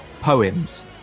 poems